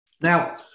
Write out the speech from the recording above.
now